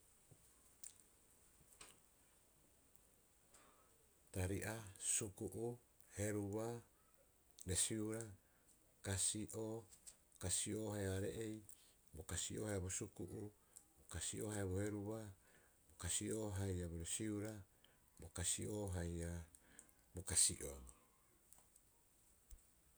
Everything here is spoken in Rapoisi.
Taria, suku'u, heruba, resiura, kasi'oo, bo kasi'oo haia are'ei, bo kasi'oo haia bo suku'u bo kasi'oo haia bo heruba, bo kasi'oo haia bo resiura, kahu'uro'a. Bo kasi'oo haia bo kasi'oo.